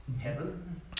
heaven